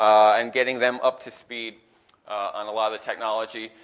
and getting them up to speed on a lot of the technology,